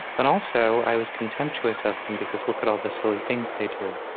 but also, i was contemptuous of them because look at all the silly things they do,